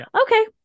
okay